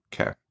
Okay